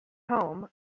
home